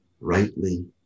rightly